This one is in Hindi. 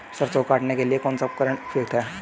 सरसों को काटने के लिये कौन सा उपकरण उपयुक्त है?